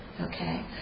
Okay